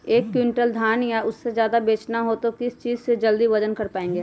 एक क्विंटल धान या उससे ज्यादा बेचना हो तो किस चीज से जल्दी वजन कर पायेंगे?